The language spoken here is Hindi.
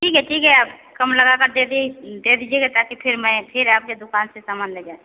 ठीक है ठीक है आप कम लगाकर दे दे दीजिएगा ताकि फिर मैं फिर आपके दुकान से सामान ले जा सकूँ